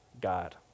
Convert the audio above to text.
God